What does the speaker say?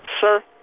Sir